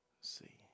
see